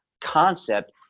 concept